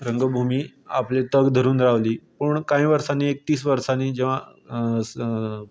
रंगभुमी आपलें तग धरून रावली पूण कांय वर्सांनी तीस वर्सांनीं ज्या